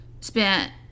spent